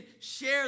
share